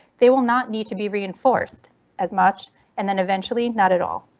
they will not need to be reinforced as much and then eventually not at all.